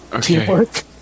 Teamwork